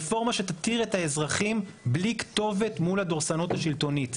רפורמה שתתיר את האזרחים בלי כתובת מול הדורסנות השלטונית,